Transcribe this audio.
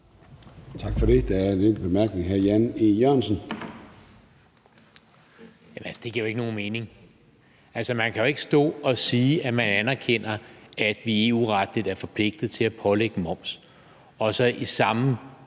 Tak for det. Der er en enkelt kort bemærkning. Hr. Jan E. Jørgensen. Kl. 16:47 Jan E. Jørgensen (V): Det giver jo ikke nogen mening. Man kan jo ikke stå og sige, at man anerkender, at vi EU-retligt er forpligtet til at pålægge moms, og så i samme